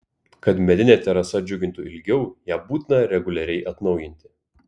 kad medinė terasa džiugintų ilgiau ją būtina reguliariai atnaujinti